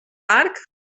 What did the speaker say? arc